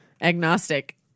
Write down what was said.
agnostic